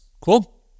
Cool